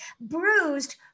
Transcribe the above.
bruised